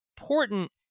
important